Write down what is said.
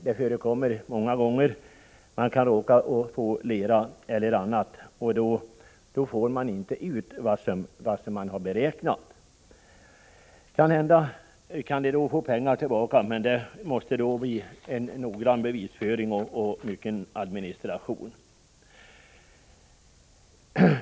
Det förekommer också många gånger att man råkar ut för berg, lera eller annat, och då får man inte ut vad man har beräknat. Kanhända kan man då få pengar tillbaka, men det krävs noggrann bevisföring och mycken administration.